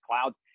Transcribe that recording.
Clouds